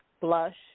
blush